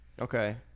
Okay